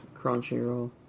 Crunchyroll